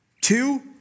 Two